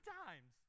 times